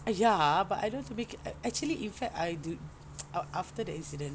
ah ya ah but I don't want to make it actually in fact I don't after the incident